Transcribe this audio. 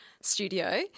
studio